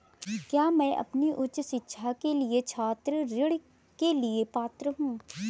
क्या मैं अपनी उच्च शिक्षा के लिए छात्र ऋण के लिए पात्र हूँ?